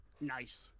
Nice